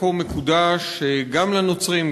מקום מקודש גם לנוצרים,